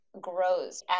grows